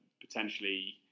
potentially